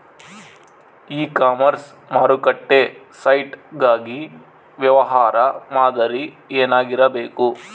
E commerce ಮಾರುಕಟ್ಟೆ site ಗಾಗಿ ವ್ಯವಹಾರ ಮಾದರಿ ಏನಾಗಿರಬೇಕು?